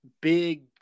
big